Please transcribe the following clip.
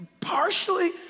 partially